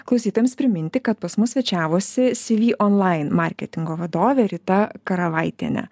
klausytojams priminti kad pas mus svečiavosi cv online marketingo vadovė rita karavaitienė